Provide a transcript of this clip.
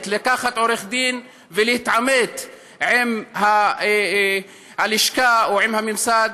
לקחת עורך דין ולהתעמת עם הלשכה או עם הממסד,